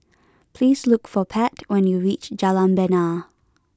please look for Pat when you reach Jalan Bena